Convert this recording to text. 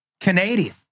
Canadian